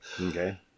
Okay